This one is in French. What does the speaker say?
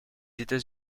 états